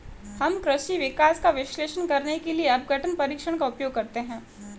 हम कृषि विकास का विश्लेषण करने के लिए अपघटन परीक्षण का उपयोग करते हैं